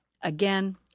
Again